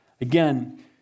Again